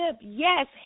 Yes